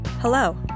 Hello